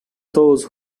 those